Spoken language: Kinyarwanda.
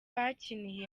bakiniye